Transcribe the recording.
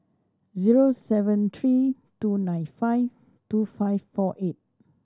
zero seven three two nine five two five four eight